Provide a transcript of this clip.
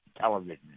television